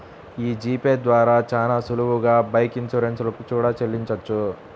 యీ G pay ద్వారా చానా సులువుగా బైక్ ఇన్సూరెన్స్ లు కూడా చెల్లించొచ్చు